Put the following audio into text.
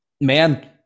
Man